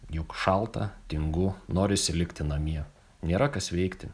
juk šalta tingu norisi likti namie nėra kas veikti